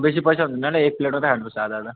बेसी पैसा हुँदैन होला एक प्लेट मात्रै हान्नुपर्छ आधा आधा